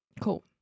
cool